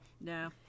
No